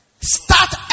Start